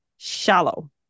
shallow